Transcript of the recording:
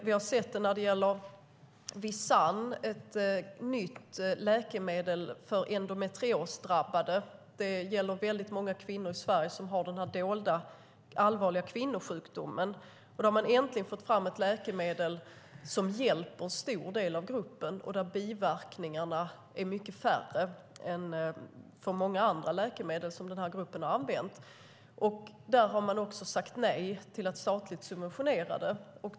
Vi har sett det när det gäller Visanne, ett nytt läkemedel för endometriosdrabbade. Det är många kvinnor i Sverige som har den här dolda allvarliga kvinnosjukdomen. Man har då äntligen fått fram ett läkemedel som hjälper en stor del av gruppen, och biverkningarna är mycket färre än när det gäller många andra läkemedel som den här gruppen har använt. Där har man också sagt nej till att statligt subventionera det.